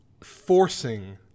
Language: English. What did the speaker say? forcing